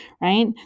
right